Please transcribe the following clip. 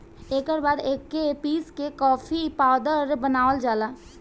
एकर बाद एके पीस के कॉफ़ी पाउडर बनावल जाला